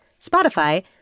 Spotify